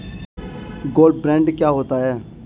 Gold bond क्या होता है?